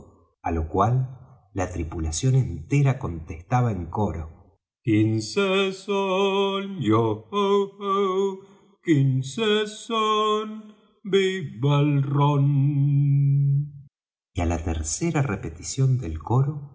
á lo cual la tripulación entera contestaba en coro son quince yo ho hó son quince viva el rom y á la tercera repetición del coro